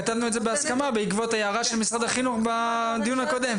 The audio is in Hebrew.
כתבנו את זה בהסכמה בעקבות ההערה של משרד החינוך בדיון הקודם.